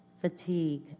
fatigue